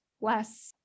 less